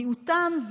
מיעוטם,